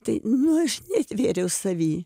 tai nu aš netvėriau savy